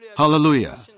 Hallelujah